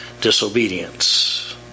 disobedience